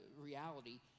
reality